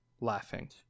laughing